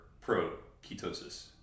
pro-ketosis